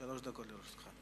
שלוש דקות לרשותך.